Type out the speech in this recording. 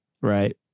right